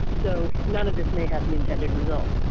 so none of this may have the intended result.